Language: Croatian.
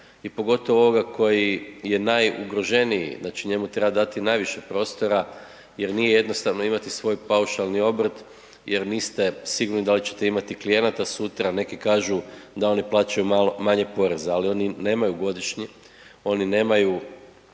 pogotovo ovoga koji je najugroženiji. Znači njemu treba dati najviše prostora jer nije jednostavno imati svoj paušalni obrt jer niste sigurni da li ćete imati klijenata sutra. Neki kažu da oni plaćaju manje poreza ali oni nemaju godišnji, oni nemaju